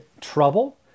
trouble